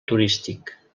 turístic